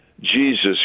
Jesus